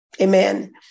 Amen